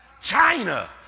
China